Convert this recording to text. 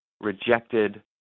rejected